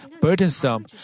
burdensome